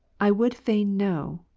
i would fain know,